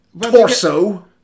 Torso